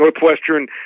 Northwestern